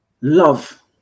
love